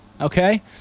okay